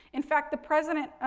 in fact, the president,